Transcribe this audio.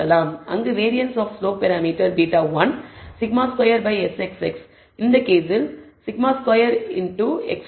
அங்கு variance of slope parameter β1 σ2 by SXX இந்த கேஸில் σ2 into XTX இன்வெர்ஸ்